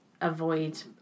avoid